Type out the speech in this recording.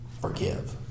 forgive